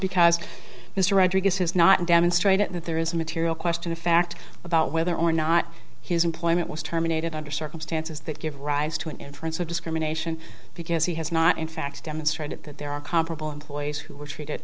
because mr rodriguez has not demonstrated that there is a material question of fact about whether or not his employment was terminated under circumstances that give rise to an inference of discrimination because he has not in fact demonstrated that there are comparable employees who were treated